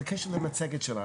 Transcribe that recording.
בקשר למצגת שלך,